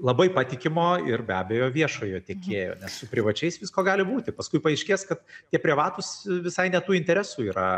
labai patikimo ir be abejo viešojo tiekėjo nes su privačiais visko gali būti paskui paaiškės kad tie privatūs visai ne tų interesų yra